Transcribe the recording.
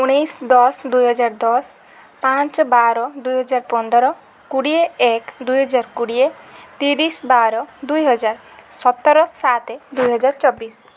ଉଣେଇଶ ଦଶ ଦୁଇ ହଜାର ଦଶ ପାଞ୍ଚ ବାର ଦୁଇ ହଜାର ପନ୍ଦର କୋଡ଼ିଏ ଏକ ଦୁଇ ହଜାର କୋଡ଼ିଏ ତିରିଶ ବାର ଦୁଇ ହଜାର ସତର ସାତ ଦୁଇ ହଜାର ଚବିଶ